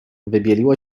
wybieliło